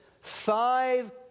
five